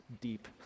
deep